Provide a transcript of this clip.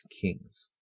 kings